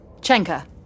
Chenka